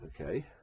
Okay